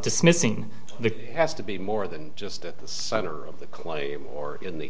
dismissing the has to be more than just at the center of the claim or in the